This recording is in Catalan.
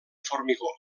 formigó